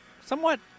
somewhat